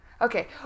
Okay